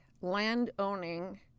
land-owning